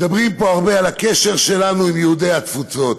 מדברים פה הרבה על הקשר שלנו עם יהודי התפוצות,